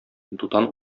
дутан